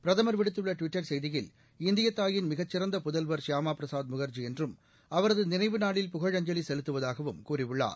பிரதமர் விடுத்துள்ள ட்விட்டர் செய்தியில் இந்திய தாயின் மிகச் சிறந்த புதல்வர் சியாமா பிரசாத் முகர்ஜி என்றும் அவரது நினைவு நாளில் புகழஞ்சலி செலுத்துவதாகவும் கூறியுள்ளார்